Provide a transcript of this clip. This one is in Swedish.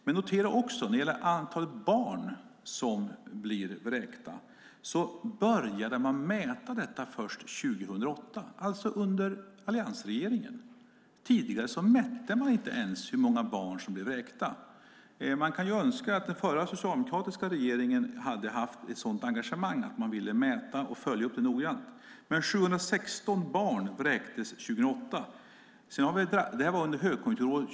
Men notera också när det gäller antalet vräkta barn att man började mäta detta först 2008, alltså under alliansregeringen. Tidigare mätte man inte ens hur många barn som blev vräkta. Jag kan önska att den förra socialdemokratiska regeringen hade haft ett sådant engagemang att man ville mäta och följa upp det noggrant. 716 barn vräktes högkonjunkturåret 2008.